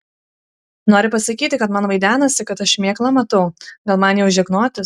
nori pasakyti kad man vaidenasi kad aš šmėklą matau gal man jau žegnotis